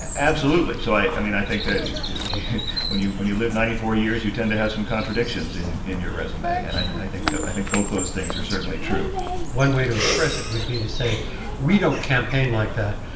absolutely. so i i mean, i think that when you when you live ninety four years, you tend to have some contradictions in in your resume. and i i think that i think both those things are certainly true one way to express it would be to say we don't campaign like that,